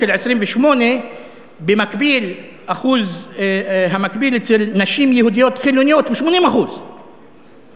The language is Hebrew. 28% האחוז המקביל אצל נשים יהודיות חילוניות הוא 80% מועסקות,